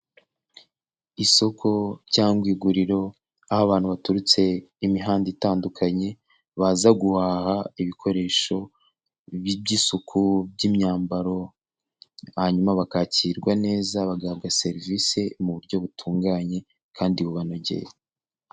Isoko cyangwa iguriro aho abantu baturutse imihanda itandukanye baza guhaha ibikoresho by'isuku by'imyambaro, hanyuma bakakirwa neza bagahabwa serivisi mu buryo butunganye kandi bubanogeye.